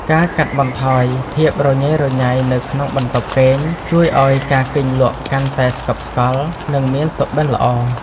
ការកាត់បន្ថយភាពរញ៉េរញ៉ៃនៅក្នុងបន្ទប់គេងជួយឱ្យការគេងលក់កាន់តែស្កប់ស្កល់និងមានសុបិនល្អ។